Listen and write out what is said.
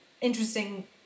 interesting